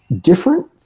different